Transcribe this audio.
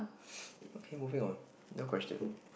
okay moving on no question